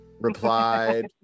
replied